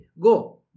Go